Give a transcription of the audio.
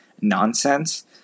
nonsense